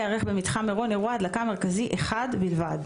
ייערך במתחם מירון אירוע הדלקה מרכזי אחד בלבד,